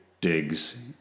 digs